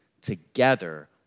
together